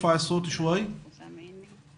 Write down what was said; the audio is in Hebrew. בצערך על מותה של ערוב.